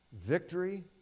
victory